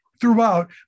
Throughout